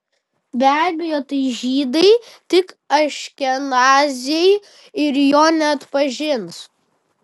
be abejo tai žydai tik aškenaziai ir jo neatpažins